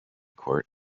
court